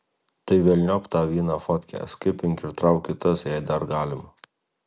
tai velniop tą vieną fotkę skipink ir trauk kitas jei dar galima